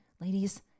ladies